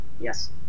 yes